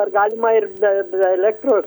ar galima ir be be elektros